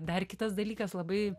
dar kitas dalykas labai